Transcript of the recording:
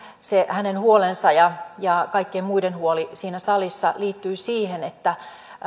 se hänen huolensa ja ja kaikkien muiden huoli siinä salissa liittyi siihen että